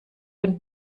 und